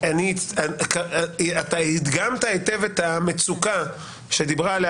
אתה הדגמת היטב את המצוקה שדיברה עליה